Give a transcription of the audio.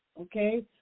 okay